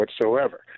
whatsoever